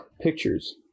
pictures